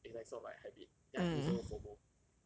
then it's like sort of like a habit then I feel so fomo